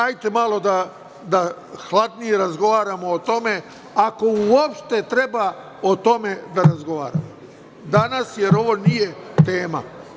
Ajte malo da hladnije razgovaramo o tome, ako uopšte treba o tome da razgovaramo danas, jer ovo nije tema.